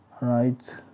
Right